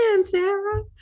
Sarah